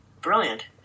brilliant